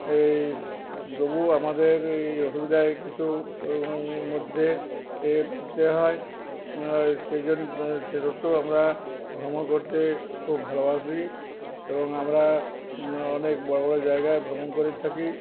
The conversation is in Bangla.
এই তবু আমাদের এই অসুবিধায় কিছুর মধ্যে এ পড়তে হয় সেই জন্য সে সত্বেও আমরা ভ্রমণ করতে খুব ভালোবাসি এবং আমরা অনেক বড় বড় জায়গায় ভ্রমণ করে থাকি